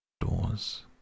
doors